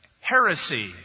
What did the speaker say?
heresy